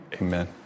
Amen